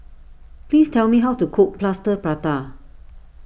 please tell me how to cook Plaster Prata